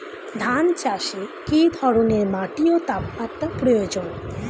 ধান চাষে কী ধরনের মাটি ও তাপমাত্রার প্রয়োজন?